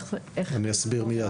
אני אסביר מייד.